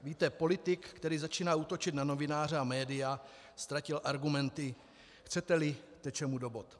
Víte, politik, který začíná útočit na novináře a média, ztratil argumenty, chceteli, teče mu do bot.